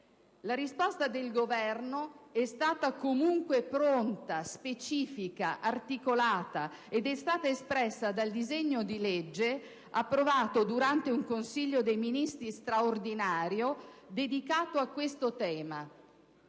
La risposta del Governo è stata comunque pronta, specifica, articolata, ed è stata espressa dal disegno di legge approvato durante un Consiglio dei ministri straordinario dedicato a questo tema.